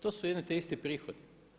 To su jedno te isti prihodi.